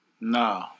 No